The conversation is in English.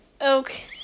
Okay